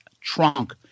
Trunk